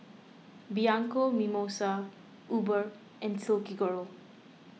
Bianco Mimosa Uber and Silkygirl